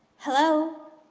hello.